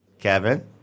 Kevin